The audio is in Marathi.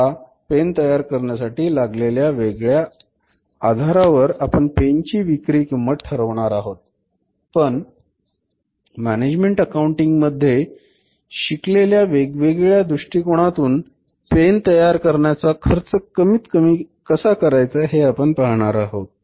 हा पेन तयार करण्यासाठी लागलेल्या वेगळ्या आधारावर आपण पेनची विक्री किंमत ठरवणार आहोत पण मॅनेजमेंट अकाउंटिंग मध्ये शिकलेल्या वेगवेगळ्या दृष्टिकोनातून पेन तयार करण्याचा खर्च कमीत कमी कसा करायचा हे आपण पाहणार आहोत